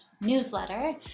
newsletter